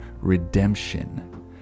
redemption